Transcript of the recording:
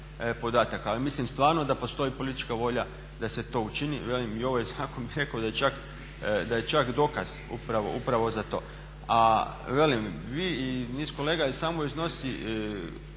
Ali mislim stvarno da postoji politička volja da se to učini. Velim i ovaj …/Govornik se ne razumije./… da je čak dokaz upravo za to. A velim vi i niz kolega samo iznosi